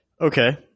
Okay